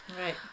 Right